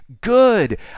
Good